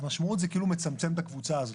המשמעות, זה כאילו מצמצם את הקבוצה הזאת.